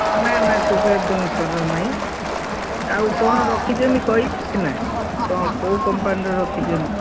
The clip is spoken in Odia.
ନା ନା ସେ ପା ଜନ୍ସନ୍ର ନାହିଁ ଆଉ କ'ଣ ରଖିଛନ୍ତି କଁ କେଉଁ କମ୍ପାନୀର ରଖିଛନ୍ତି